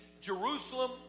Jerusalem